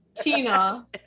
Tina